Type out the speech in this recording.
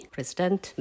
President